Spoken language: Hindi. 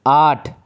आठ